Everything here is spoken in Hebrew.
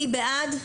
מי בעד?